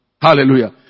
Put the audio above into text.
Hallelujah